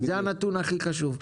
זה הנתון הכי חשוב.